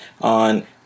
on